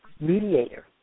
mediator